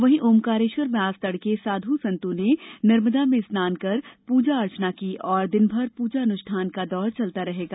वहीं ओंकारेश्वर में आज तड़के साधु और संतो ने नर्मदा में स्नान कर पूजा अर्चना की और दिनभर पूजा अनुष्ठान का दौर चलता रहेगा